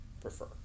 prefer